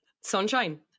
Sunshine